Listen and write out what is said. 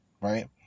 right